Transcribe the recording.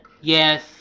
yes